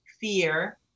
fear